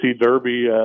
Derby